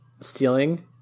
stealing